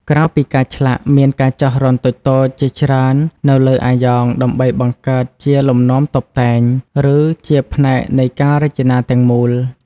ក្រៅពីការឆ្លាក់ មានការចោះរន្ធតូចៗជាច្រើននៅលើអាយ៉ងដើម្បីបង្កើតជាលំនាំតុបតែង ឬជាផ្នែកនៃការរចនាទាំងមូល។